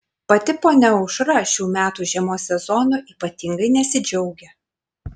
pati ponia aušra šių metų žiemos sezonu ypatingai nesidžiaugia